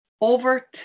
Over